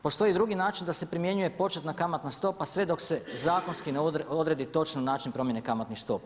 Postoji drugi način da se primjenjuje početna kamatna stopa sve dok se zakonski ne odredi točan način promjene kamatnih stopa.